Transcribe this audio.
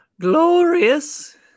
glorious